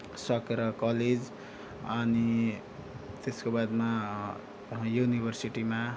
सकेर कलेज अनि त्यसको बादमा युनिभर्सिटीमा